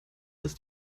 ist